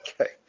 Okay